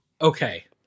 okay